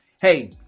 hey